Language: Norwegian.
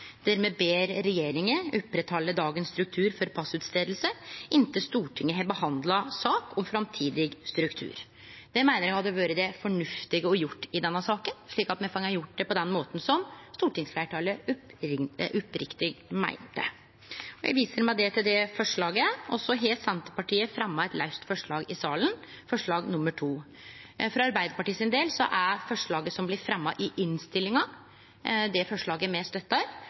der me ber regjeringa oppretthalde dagens struktur for passutferding inntil Stortinget har behandla ei sak om framtidig struktur. Eg meiner det hadde vore det fornuftige å gjere i denne saka, slik at me hadde fått gjort det på den måten som stortingsfleirtalet opphavleg meinte. Eg viser med det til forslaget. Senterpartiet har fremja eit laust forslag i salen, forslag nr. 2. For Arbeidarpartiet sin del er forslaget som blir fremja i innstillinga, det forslaget me støttar.